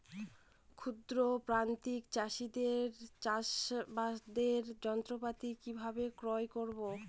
ক্ষুদ্র প্রান্তিক চাষীদের চাষাবাদের যন্ত্রপাতি কিভাবে ক্রয় করব?